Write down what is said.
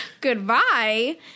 Goodbye